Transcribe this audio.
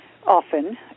Often